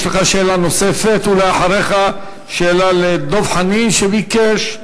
יש לך שאלה נוספת, ואחריך, שאלה לדב חנין שביקש,